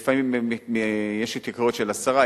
לפעמים יש התייקרויות של 10%,